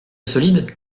solide